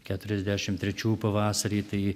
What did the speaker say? keturiasdešimt trečiųjų pavasarį tai